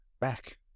back